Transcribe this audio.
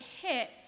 hit